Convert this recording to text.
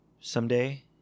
Someday